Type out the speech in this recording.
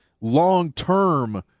long-term